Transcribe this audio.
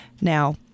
Now